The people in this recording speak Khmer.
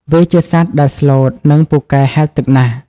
វាជាសត្វដែលស្លូត និងពូកែហែលទឹកណាស់។